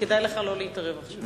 אז כדאי לך לא להתערב עכשיו.